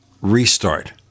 restart